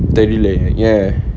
தெரிலயே ஏன்:therilayae yaen ya